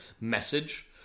message